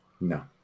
no